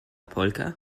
polka